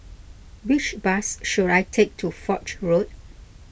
which bus should I take to Foch Road